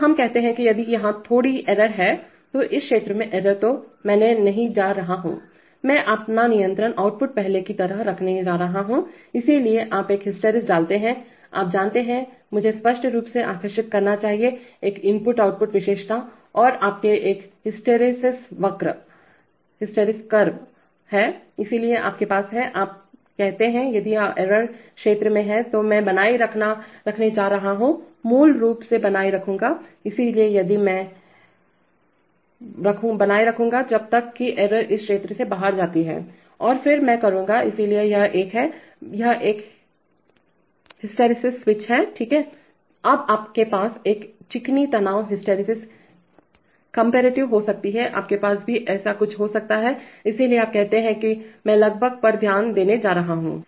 तो हम कहते हैं कि यदि यहाँ थोड़ी एरर है तो इस क्षेत्र में एरर तो मैं नहीं जा रहा हूँमैं अपना नियंत्रण आउटपुट पहले की तरह रखने जा रहा हूँइसलिए आप एक हिस्टैरिसीस डालते हैंआप जानते हैंमुझे स्पष्ट रूप से आकर्षित करना चाहिए एक इनपुट आउटपुट विशेषता और आपके पास एक हिस्टैरिसीस वक्रहिस्टैरिसीस कर्वहैइसलिए आपके पास है इसलिए आप कहते हैं कि यदि एरर इस क्षेत्र में हैतो मैं बनाए रखने जा रहा हूंमूल रूप से बनाए रखूंगाइसलिए यदि मैं हूं तो मैं यहां था मैं बनाए रखूंगा जब तक कि एरर इस क्षेत्र से बाहर जाती है और फिर मैं करूँगा इसलिए यह एक है यह एक हिस्टैरिसीस स्विच है ठीक है अब आपके पास एक चिकनी तनाव हिस्टैरिसीस कम्पेरेटिव हो सकती हैआपके पास भी ऐसा कुछ हो सकता है इसलिए आप कहते हैं कि मैं लाभ पर ध्यान देने जा रहा हूँ